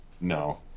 No